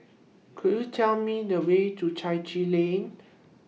Could YOU Tell Me The Way to Chai Chee Lane